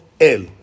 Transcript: El